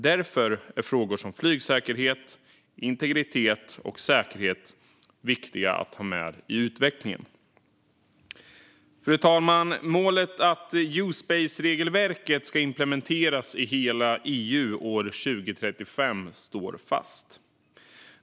Därför är frågor om flygsäkerhet, integritet och säkerhet viktiga att ha med i utvecklingen. Fru talman! Målet att U-space-regelverket ska implementeras i hela EU år 2035 står fast.